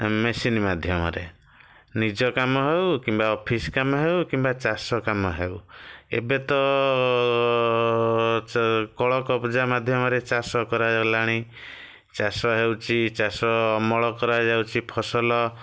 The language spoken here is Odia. ମେସିନ୍ ମାଧ୍ୟମରେ ନିଜ କାମ ହେଉ କିମ୍ବା ଅଫିସ୍ କାମ ହେଉ କିମ୍ବା ଚାଷ କାମ ହେଉ ଏବେ ତ ଚ କଳକବଜା ମାଧ୍ୟମରେ ଚାଷ କରାଗଲାଣି ଚାଷ ହେଉଛି ଚାଷ ଅମଳ କରାଯାଉଛି ଫସଲ